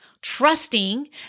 trusting